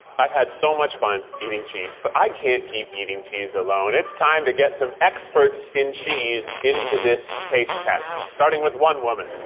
i've had so much fun eating cheese, but i can't keep eating cheese alone. it's time to get some experts in cheese into this taste test, starting with one woman,